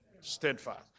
Steadfast